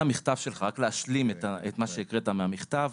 לדייק ולהשלים את מה שהקראת מהמכתב.